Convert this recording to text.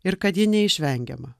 ir kad ji neišvengiama